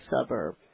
suburb